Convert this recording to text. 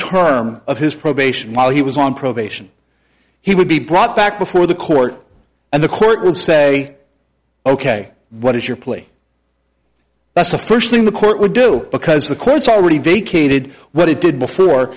term of his probation while he was on probation he would be brought back before the court and the court would say ok what is your plea that's the first thing the court would do because the court's already vacated what it did before